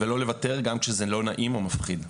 ולא לוותר גם כשזה לא נעים או מפחיד.